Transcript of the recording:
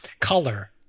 color